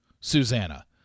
Susanna